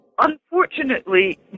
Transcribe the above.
unfortunately